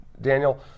Daniel